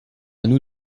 nous